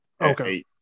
okay